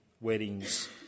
weddings